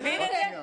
אתה מבין את זה?